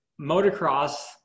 motocross